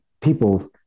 people